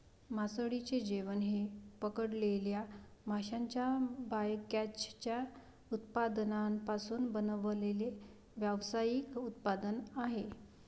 मासळीचे जेवण हे पकडलेल्या माशांच्या बायकॅचच्या उत्पादनांपासून बनवलेले व्यावसायिक उत्पादन आहे